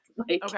okay